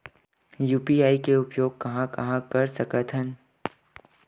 UPI के उपयोग कहां कहा कर सकत हन?